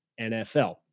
NFL